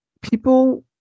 people